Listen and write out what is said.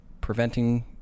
preventing